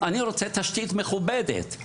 אני רוצה תשתית מכובדת.